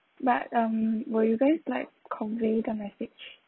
but um will you guys like convey the message